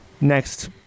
next